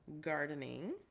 Gardening